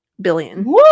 billion